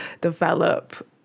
develop